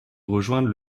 rejoindre